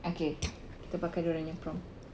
okay kita pakai dia orang punya prompt